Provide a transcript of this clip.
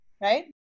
right